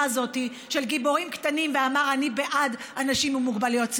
הזאת של גיבורים קטנים ואמר: אני בעד אנשים עם מוגבלויות שכליות.